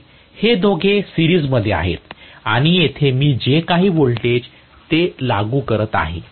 हे दोघे सिरीज मध्ये येत आहेत आणि येथे मी जे काही व्होल्टेज ते लागू करत आहे